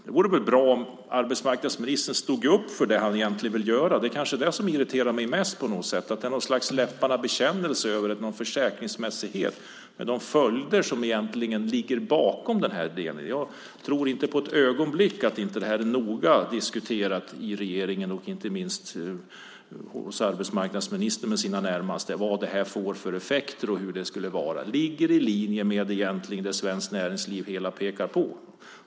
Det vore bra om arbetsmarknadsministern stod upp för det han egentligen vill göra. Det som irriterar mig mest är att det är något slags läpparnas bekännelse över försäkringsmässigheten. Jag tror inte för ett ögonblick att det inte är noga diskuterat i regeringen och inte minst hos arbetsmarknadsministern och hans närmaste vad detta får för effekter och hur det ska vara. Det ligger i linje med det Svenskt Näringsliv pekar på.